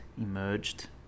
emerged